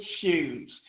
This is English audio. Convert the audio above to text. shoes